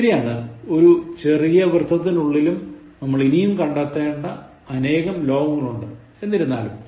ശരിയാണ് ഒരു ചെറിയ വൃത്തത്തിനുള്ളിലും നമ്മൾ ഇനിയും കണ്ടെത്തേണ്ട അനേകം ലോകങ്ങളുണ്ട് എന്നിരുന്നാലും